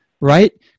right